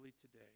today